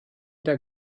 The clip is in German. der